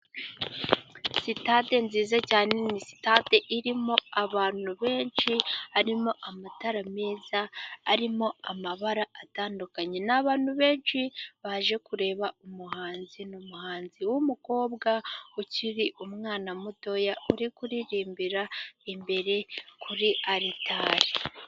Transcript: Sitade nziza cyane. Ni sitade irimo abantu benshi, harimo amatara meza arimo amabara atandukanye. Ni abantu benshi baje kureba umuhanzi. Ni umuhanzi w'umukobwa ukiri umwana mutoya, uri kuririmbira imbere kuri aritari.